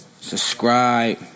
subscribe